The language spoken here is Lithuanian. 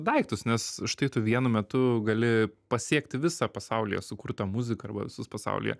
daiktus nes štai tu vienu metu gali pasiekti visą pasaulyje sukurtą muziką arba visus pasaulyje